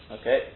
Okay